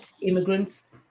immigrants